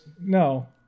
no